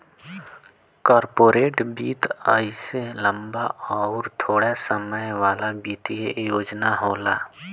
corporate वित्त अइसे लम्बा अउर थोड़े समय वाला वित्तीय योजना होला